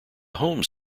homes